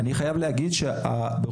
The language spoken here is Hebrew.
אני חייב להגיד שצריך,